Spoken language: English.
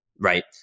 right